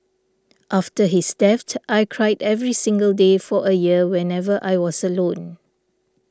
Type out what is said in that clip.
after his death I cried every single day for a year whenever I was alone